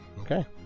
Okay